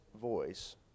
voice